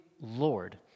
Lord